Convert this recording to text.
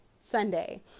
Sunday